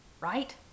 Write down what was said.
right